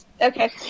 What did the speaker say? Okay